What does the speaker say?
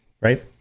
right